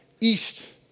east